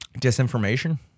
Disinformation